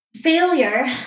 failure